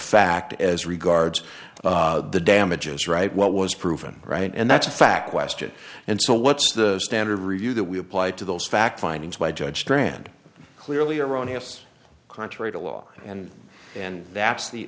fact as regards the damages right what was proven right and that's a fact question and so what's the standard review that we apply to those fact findings by judge strand clearly erroneous contrary to law and and that's the